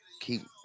keep